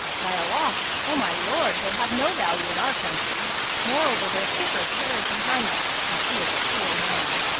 by allah, o my lord, they have no value in our country moreover their shipper tarried behind us, and he is a poor man.